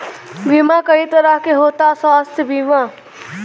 बीमा कई तरह के होता स्वास्थ्य बीमा?